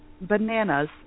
bananas